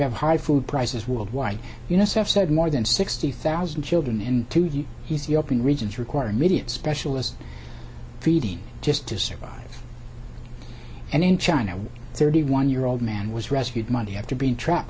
have high food prices worldwide unicef said more than sixty thousand children in to you you see up in regions require immediate specialist feeding just to survive and in china thirty one year old man was rescued monday after being trapped